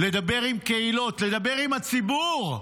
לדבר עם קהילות, לדבר עם הציבור.